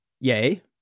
Yay